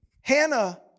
Hannah